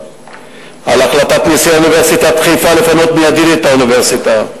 ועל החלטת נשיא אוניברסיטת חיפה לפנות מיידית את האוניברסיטה.